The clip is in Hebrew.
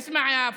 אסמע,